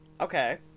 Okay